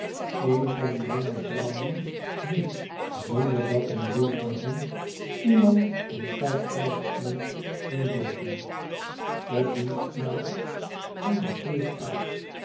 een van die jonge vrouwen die zonder dat men weet waarom iemand aan koud kalfsvleesch doen denken de dienstmaagd ging de deur uit